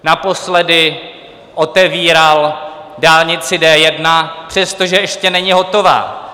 Naposledy otevíral dálnici D1, přestože ještě není hotová.